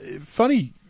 Funny